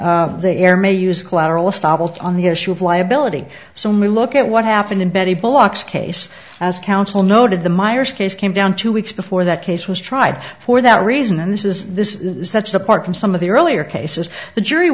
rahman the heir may use collateral estoppel on the issue of liability so my look at what happened in betty blocks case as counsel noted the myers case came down two weeks before that case was tried for that reason and this is this is such a part from some of the earlier cases the jury